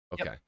okay